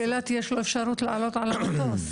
לפחות באילת יש לו אפשרות לעלות על מטוס,